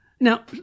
Now